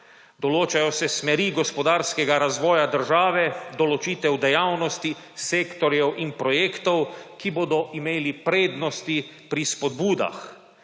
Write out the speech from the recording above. določajo se smeri gospodarskega razvoja države, določitev dejavnosti sektorjev in projektov, ki bodo imeli prednosti pri spodbudah;